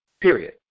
period